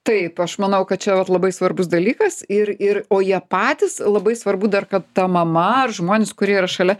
taip aš manau kad čia vat labai svarbus dalykas ir ir o jie patys labai svarbu dar kad ta mama ar žmonės kurie yra šalia